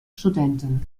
studentin